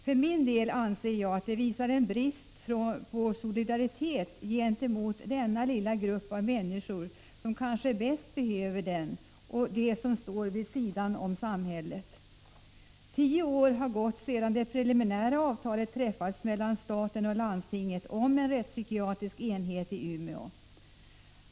För min del anser jag att det visar en brist på solidaritet gentemot denna lilla grupp av människor, som kanske bäst behöver den och som står vid sidan av samhället. Tio år har gått sedan det preliminära avtalet träffades mellan staten och landstinget om en rättspsykiatrisk enhet i Umeå.